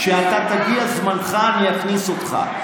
כשיגיע זמנך אני אכניס אותך.